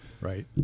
Right